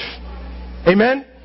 Amen